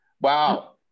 Wow